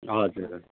हजुर हजुर